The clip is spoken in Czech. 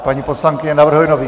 Paní poslankyně navrhuje nový bod.